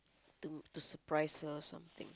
to to surprise her something